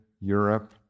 Europe